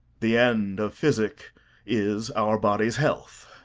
the end of physic is our body's health.